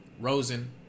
Rosen